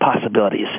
possibilities